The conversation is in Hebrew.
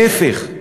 להפך,